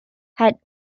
had